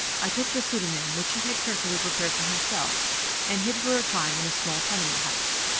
i took the pseudonym which he had carefully prepared for himself and hid for a time in a small tenement house.